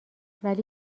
ولی